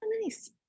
nice